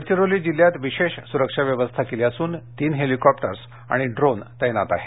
गडचिरोली जिल्ह्यात विशेष सुरक्षा व्यवस्था केली असून तीन हेलिकॉप्टर आणि ड्रोन तैनात करण्यात आले आहेत